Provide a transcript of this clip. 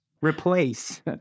replace